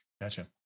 Gotcha